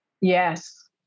Yes